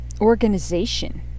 organization